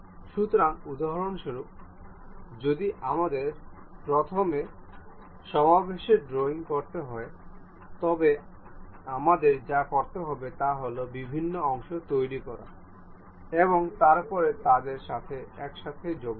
সুতরাং উদাহরণস্বরূপ যদি আমাদের প্রথমে সমাবেশের ড্রয়িং করতে হয় তবে আমাদের যা করতে হবে তা হল বিভিন্ন অংশ তৈরি করা এবং তারপরে তাদের সাথে একসাথে যোগদান